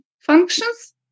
functions